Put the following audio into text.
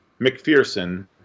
McPherson